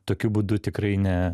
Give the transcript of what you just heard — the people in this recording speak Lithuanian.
tokiu būdu tikrai ne